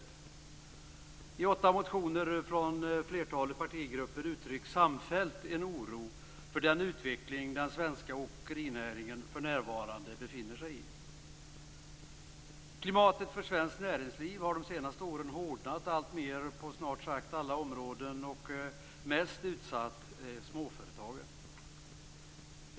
I åtta motioner från flertalet partigrupper uttrycks samfällt en oro för den utveckling den svenska åkerinäringen för närvarande befinner sig i. Klimatet för svenskt näringsliv har de senaste åren hårdnat alltmer på snart sagt alla områden, och mest utsatt är småföretagen.